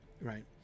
right